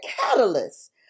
catalyst